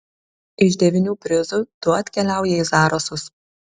iš devynių prizų du atkeliauja į zarasus